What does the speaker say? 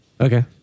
Okay